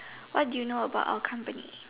what do you know about our company